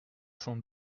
cent